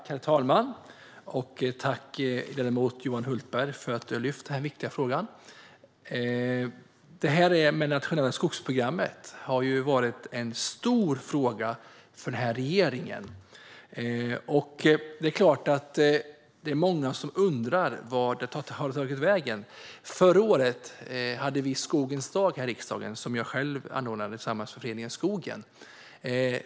Herr talman! Tack, ledamot Johan Hultberg, för att du har lyft upp den här viktiga frågan! Det nationella skogsprogrammet har varit en stor fråga för regeringen. Det är klart att många undrar vart det hela har tagit vägen. Förra året hade vi Skogens dag här i riksdagen, något som jag själv anordnade tillsammans med Föreningen Skogen.